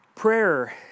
Prayer